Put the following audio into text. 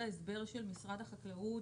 ההסבר של משרד החקלאות